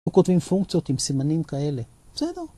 ‫אנחנו כותבים פונקציות ‫עם סימנים כאלה. בסדר.